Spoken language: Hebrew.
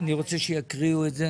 אני רוצה שיקריאו את זה.